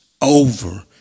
over